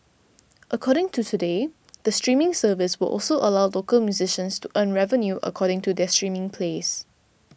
according to Today the streaming service will also allow local musicians to earn revenue according to their streaming plays